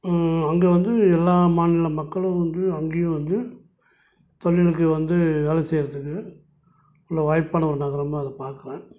அங்கே வந்து எல்லா மாநில மக்களும் வந்து அங்கேயும் வந்து தொழிலுக்கு வந்து வேலை செய்கிறதுக்கு நல்ல வாய்ப்பான நகரமாக அதை பார்க்குறேன்